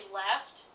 left